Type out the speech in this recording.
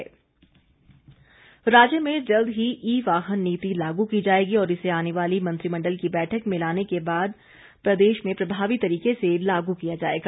ध्यानाकर्षण प्रस्ताव राज्य में जल्द ही ई वाहन नीति लागू की जाएगी और इसे आने वाली मंत्रिमंडल की बैठक में लाने के बाद प्रदेश में प्रभावी तरीके से लागू किया जाएगा